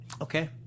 okay